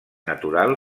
natural